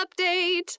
update